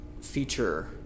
feature